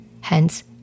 hence